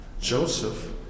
Joseph